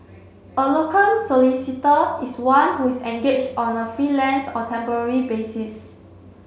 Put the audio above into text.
a locum solicitor is one who is engaged on a freelance or temporary basis